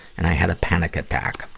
and i had a panic attack.